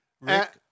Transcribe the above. Rick